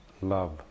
love